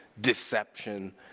deception